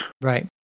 Right